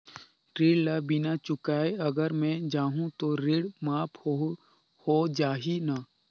ऋण ला बिना चुकाय अगर मै जाहूं तो ऋण माफ हो जाही न?